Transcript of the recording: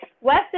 West